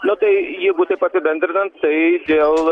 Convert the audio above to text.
nu tai jeigu taip apibendrinant tai dėl